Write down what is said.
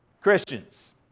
Christians